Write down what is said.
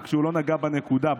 רק לא נגע בנקודה,